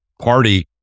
party